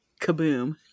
kaboom